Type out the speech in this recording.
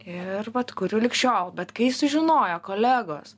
ir vat kuriu lig šiol bet kai sužinojo kolegos